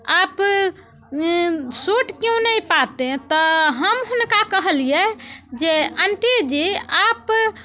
आप सूट क्यों नही पाते तऽ हम हुनका कहलियै जे अंटी जी आप